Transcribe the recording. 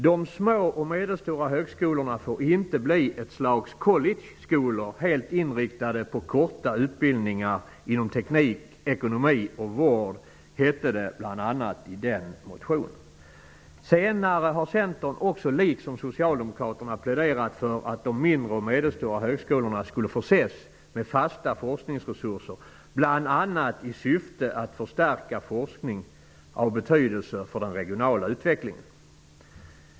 De små och medelstora högskolorna får inte bli ett slags college-skolor, helt inriktade på korta utbildningar inom teknik, ekonomi och vård, hette det bl.a. i den motionen. Senare har Centern också, liksom Socialdemokraterna, pläderat för att de mindre och medelstora högskolorna skulle förses med fasta forskningsresurser, bl.a. i syfte att förstärka forskning av betydelse för den regionala utvecklingen.